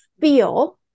feel